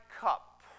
cup